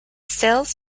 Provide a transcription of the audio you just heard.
sales